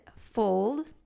fold